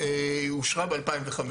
היא אושרה ב- 2015,